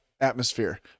Atmosphere